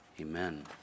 Amen